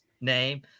name